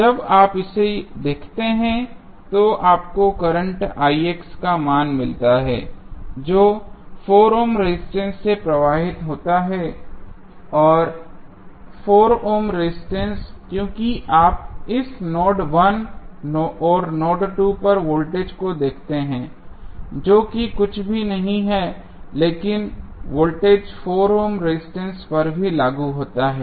जब आप इसे देखते हैं तो आपको करंट का मान मिलता है जो 4 ओम रेजिस्टेंस से प्रवाहित होता है 4 ओम रेजिस्टेंस क्योंकि आप इस नोड 1 और नोड 2 पर वोल्टेज को देखते हैं जो कि कुछ भी नहीं है लेकिन वोल्टेज 4 ओम रेजिस्टेंस पर भी लागू होता है